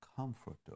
Comforter